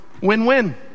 Win-win